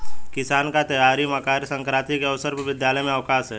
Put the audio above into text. किसानी का त्यौहार मकर सक्रांति के अवसर पर विद्यालय में अवकाश है